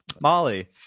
Molly